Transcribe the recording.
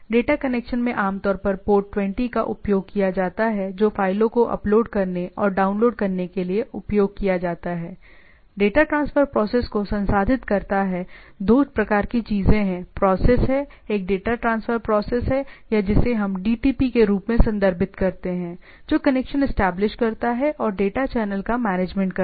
data connection में आमतौर पर पोर्ट 20 का उपयोग किया जाता है जो फ़ाइलों को अपलोड करने और डाउनलोड करने के लिए उपयोग किया जाता है डेटा ट्रांसफर प्रोसेस को संसाधित करता है दो प्रकार की चीजें हैं प्रोसेस हैं एक डेटा ट्रांसफर प्रोसेस है या जिसे हम DTP के रूप में संदर्भित करते हैं जो कनेक्शन एस्टेब्लिश करता है और डेटा चैनल का मैनेजमेंट करता है